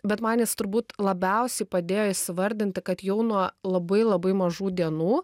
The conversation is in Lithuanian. bet man jis turbūt labiausiai padėjo įsivardinti kad jau nuo labai labai mažų dienų